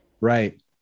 Right